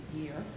year